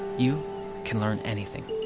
you can learn anything.